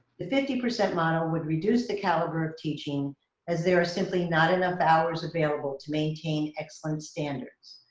the fifty percent model would reduce the caliber of teaching as there are simply not enough hours available to maintain excellent standards.